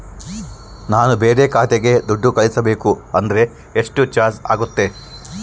ನಾನು ಬೇರೆ ಖಾತೆಗೆ ದುಡ್ಡು ಕಳಿಸಬೇಕು ಅಂದ್ರ ಎಷ್ಟು ಚಾರ್ಜ್ ಆಗುತ್ತೆ?